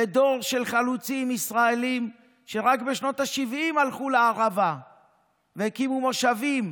ודור של חלוצים ישראלים שרק בשנות השבעים הלכו לערבה והקימו מושבים,